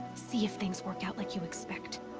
see if things work out like you expect.